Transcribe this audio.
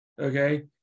Okay